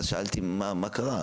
אז שאלתי מה קרה?